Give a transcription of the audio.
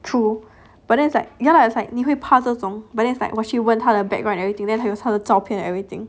true but then it's like ya lah it's like 你会怕这种 but then is like 我去他问 background everything then 有他的的照片 and everything